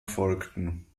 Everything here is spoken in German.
folgten